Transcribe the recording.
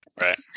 Right